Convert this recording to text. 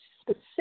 specific